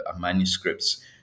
manuscript's